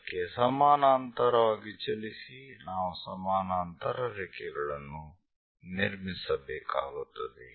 ಅದಕ್ಕೆ ಸಮಾನಾಂತರವಾಗಿ ಚಲಿಸಿ ನಾವು ಸಮಾನಾಂತರ ರೇಖೆಗಳನ್ನು ನಿರ್ಮಿಸಬೇಕಾಗುತ್ತದೆ